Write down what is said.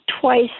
twice